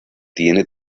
tiene